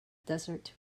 desert